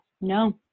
no